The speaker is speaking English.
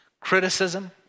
Criticism